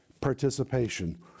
participation